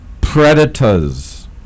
predators